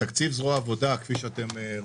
תקציב זרוע העבודה הוא תקציב